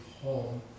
home